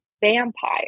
vampire